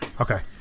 Okay